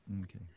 okay